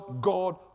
God